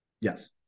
Yes